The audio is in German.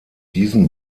diesen